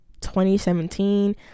2017